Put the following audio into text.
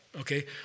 okay